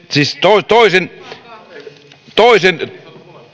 siis toisen